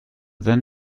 then